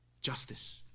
justice